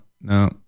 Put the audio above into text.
no